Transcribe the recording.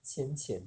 浅浅